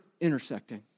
intersecting